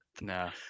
nah